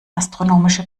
astronomische